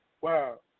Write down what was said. wow